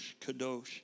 kadosh